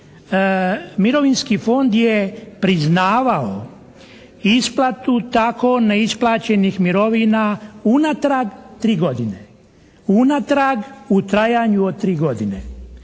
Mirovinski fond je priznavao isplatu tako neisplaćenih mirovina unatrag 3 godine. Unatrag u trajanju od 3 godine.